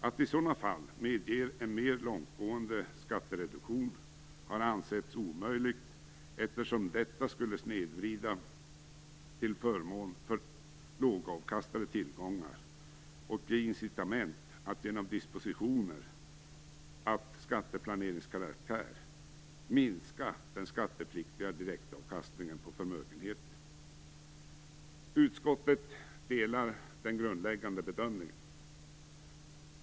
Att i sådana fall medge en mer långtgående skattereduktion har ansetts omöjligt eftersom detta skulle ge en snedvridning till förmån för lågavkastande tillgångar och ge incitament att genom dispositioner av skatteplaneringskaraktär minska den skattepliktiga direktavkastningen på förmögenheten. Utskottet delar den grundläggande bedömningen.